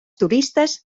turistes